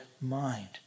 mind